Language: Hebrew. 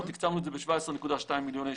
אנחנו תקצבנו את זה ב-17.2 מיליוני שקלים.